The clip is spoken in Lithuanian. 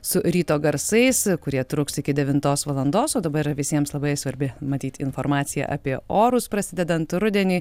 su ryto garsais kurie truks iki devintos valandos o dabar visiems labai svarbi matyt informacija apie orus prasidedant rudeniui